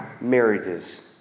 marriages